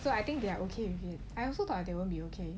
so I think they are okay with it I at first thought they won't be okay